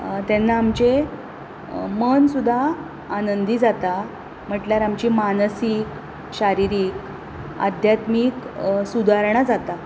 तेन्ना आमचें मन सुद्दां आनंदी जाता म्हटल्यार आमची मानसीक शारिरीक आध्यात्मीक सुदारणां जातात